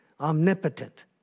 omnipotent